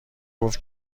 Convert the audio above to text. گفت